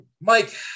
Mike